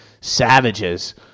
savages